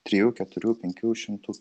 trijų keturių penkių šimtų